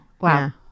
Wow